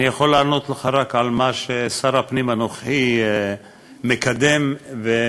אני יכול לענות לך רק על מה ששר הפנים הנוכחי מקדם ומבטיח,